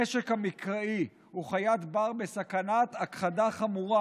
הנשר המקראי הוא חיית בר בסכנת הכחדה חמורה.